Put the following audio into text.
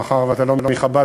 מאחר שאתה לא מחב"ד,